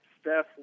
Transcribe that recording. Steph